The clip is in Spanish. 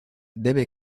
debe